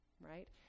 right